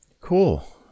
Cool